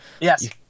yes